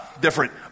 different